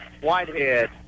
Whitehead